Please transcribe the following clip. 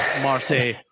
Marseille